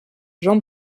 jean